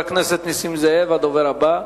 חבר הכנסת נסים זאב הוא הדובר הבא.